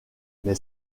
mais